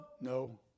No